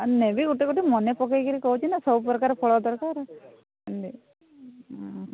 ନେବି ଗୋଟେ ଗୋଟେ ମନେ ପକାଇକରି କହୁଛି ନା ସବୁ ପ୍ରକାରର ଫଳ ଦରକାର